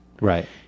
Right